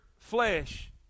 Flesh